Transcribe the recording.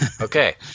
Okay